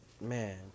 man